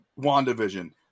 WandaVision